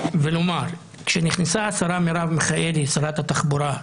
ולומר שכשנכנסה השרה מרב מיכאלי, שרת התחבורה,